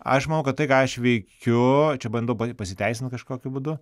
aš manau kad tai ką aš veikiu čia bandau pasiteisint kažkokiu būdu